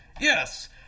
Yes